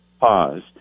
pause